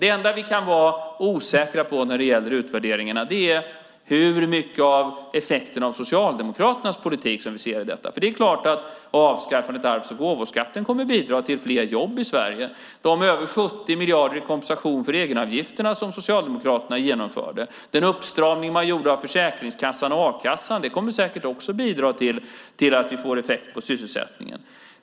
Det enda vi kan vara osäkra på när det gäller utvärderingarna är hur mycket av effekterna av Socialdemokraternas politik som vi ser i detta. Det är klart att avskaffandet av arvs och gåvoskatten kommer att bidra till fler jobb i Sverige. De över 70 miljarder i kompensation för egenavgifterna som Socialdemokraterna genomförde och den uppstramning man gjorde av Försäkringskassan och a-kassan kommer säkert också att bidra till att vi får effekt på sysselsättningen.